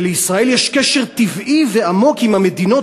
שלישראל יש קשר טבעי ועמוק עם המדינות